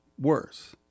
worse